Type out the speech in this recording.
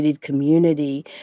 community